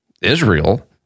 israel